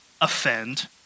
offend